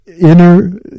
inner